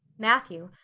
matthew,